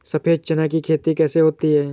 सफेद चना की खेती कैसे होती है?